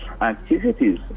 activities